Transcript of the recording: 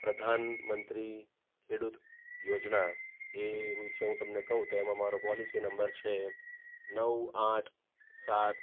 પ્રધાનમંત્રી ખેડૂત યોજના એ વિશે હું તમને કહું તો એમાં મારો પોલિસી નંબર છે નવ આઠ સાત